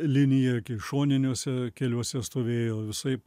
liniją šoniniuose keliuose stovėjo visaip